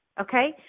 Okay